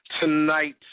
Tonight